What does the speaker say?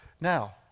now